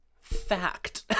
fact